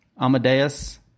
Amadeus